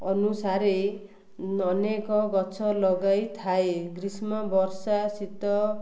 ଅନୁସାରେ ଅନେକ ଗଛ ଲଗାଇଥାଏ ଗ୍ରୀଷ୍ମ ବର୍ଷା ଶୀତ